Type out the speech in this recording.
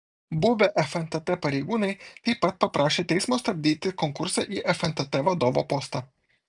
buvę fntt pareigūnai taip pat paprašė teismo stabdyti konkursą į fntt vadovo postą